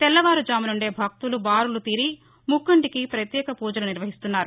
తెల్లవారుజాము నుండే భక్తులు బారులు తీరి ముక్కంటికి పత్యేక పూజలు నిర్వహిస్తున్నారు